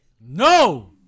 No